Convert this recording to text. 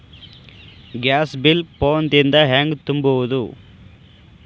Gas bill phone ದಿಂದ ಹ್ಯಾಂಗ ತುಂಬುವುದು?